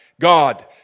God